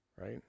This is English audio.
Right